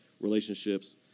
relationships